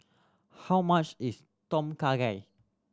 how much is Tom Kha Gai